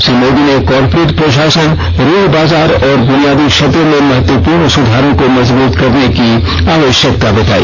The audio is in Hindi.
श्री मोदी ने कॉरपोरेट प्रशासन ऋण बाजार और बुनियादी क्षेत्रों में महत्वपूर्ण सुधारों को मजबूत करने की आवश्यकता बताई